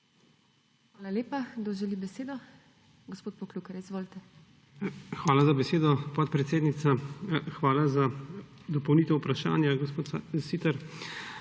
Hvala lepa. Kdo želi besedo? Gospod Poklukar, izvolite. JANEZ POKLUKAR: Hvala za besedo, podpredsednica. Hvala za dopolnitev vprašanja, gospod Siter.